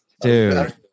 Dude